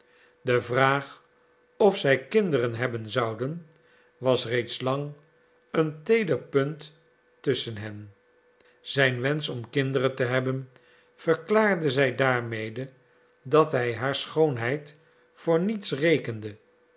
de vraag of zij kinderen hebben zouden was reeds lang een teeder punt tusschen hen zijn wensch om kinderen te hebben verklaarde zij daarmede dat hij haar schoonheid voor niets rekende